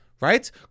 Right